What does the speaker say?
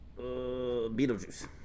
Beetlejuice